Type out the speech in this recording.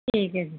ਠੀਕ ਹੈ ਜੀ